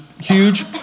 huge